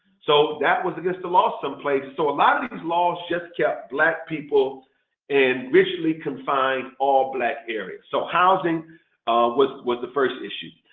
so that was against the law in some places. so a lot of these laws just kept black people in rigidly confined all-black areas. so housing was was the first issue.